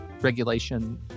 regulation